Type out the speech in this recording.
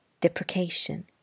deprecation